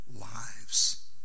lives